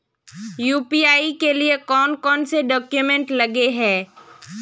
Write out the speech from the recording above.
UPI के लिए कौन कौन से डॉक्यूमेंट लगे है?